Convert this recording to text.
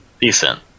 Decent